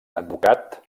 advocat